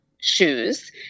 shoes